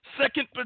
Second